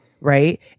Right